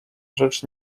rzecz